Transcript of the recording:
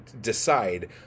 decide